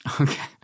Okay